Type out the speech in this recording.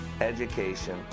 education